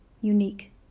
unique